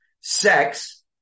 Sex